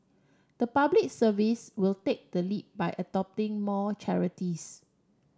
the Public Service will take the lead by adopting more charities